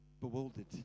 bewildered